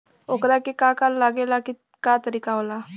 ओकरा के का का लागे ला का तरीका होला?